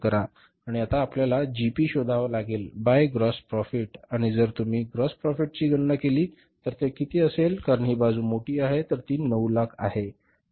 आणि आता आपल्याला जीपी शोधावे लागेलबाय ग्राॅस प्रोफिट आणि जर तुम्ही ग्राॅस प्रोफिटची गणना केली तर ते किती येतील कारण ही बाजू मोठी आहे तर ही बाजू 900000 आहे